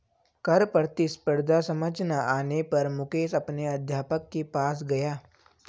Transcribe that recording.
कर प्रतिस्पर्धा समझ ना आने पर मुकेश अपने अध्यापक के पास गया